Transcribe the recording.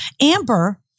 Amber